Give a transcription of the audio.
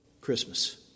Christmas